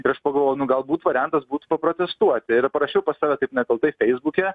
ir aš pagalvojau nu galbūt variantas būtų paprotestuot ir parašiau pas save kaip nekaltai feisbuke